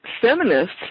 feminists